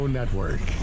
Network